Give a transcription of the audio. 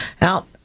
Now